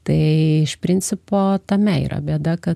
tai iš principo tame yra bėda kad